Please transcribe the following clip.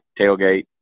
tailgate